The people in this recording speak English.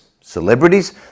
celebrities